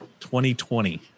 2020